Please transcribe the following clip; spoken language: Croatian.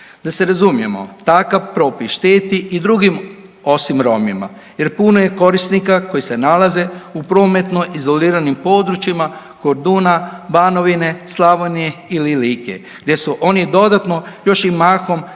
Da se razumijemo, takav propis šteti i drugim osim Romima jer puno je korisnika koji se nalaze u prometnoj izoliranim područjima Korduna, Banovine, Slavonije ili Like, gdje su oni dodatno još i mahom starije